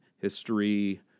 history